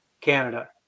Canada